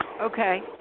Okay